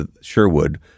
Sherwood